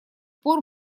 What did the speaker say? пор